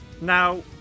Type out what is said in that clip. Now